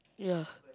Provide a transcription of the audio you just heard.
ya